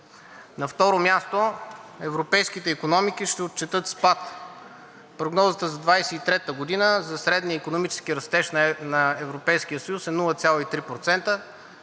На второ място, европейските икономики ще отчетат спад. Прогнозата за 2023 г. за средния икономически растеж на Европейския